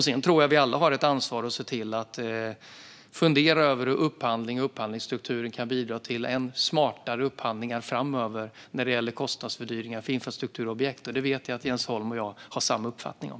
Sedan tror jag att vi alla har ett ansvar att fundera över hur upphandling och upphandlingsstrukturer kan bidra till än smartare upphandlingar framöver när det gäller kostnadsfördyringar för infrastrukturobjekt. Det vet jag att Jens Holm och jag har samma uppfattning om.